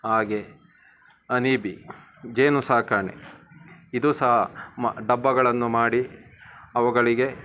ಹಾಗೆ ಅನಿಬೀ ಜೇನು ಸಾಕಾಣೆ ಇದು ಸಹ ಮ ಡಬ್ಬಗಳನ್ನು ಮಾಡಿ ಅವುಗಳಿಗೆ